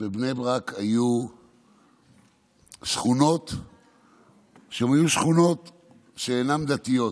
בבני ברק היו שכונות שאינן דתיות,